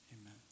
amen